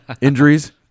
injuries